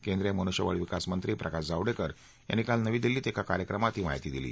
केंद्रीय मनुष्यबळ विकास मंत्री प्रकाश जावडेकर यांनी काल नवी दिल्लीत एका कार्यक्रमात ही माहिती दिली